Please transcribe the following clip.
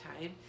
time